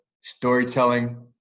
storytelling